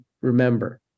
remember